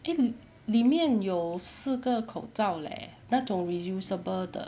eh 里面有四个口罩 leh 那种 reusable 的